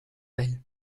belle